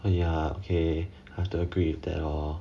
!aiya! okay I have to agree with that lor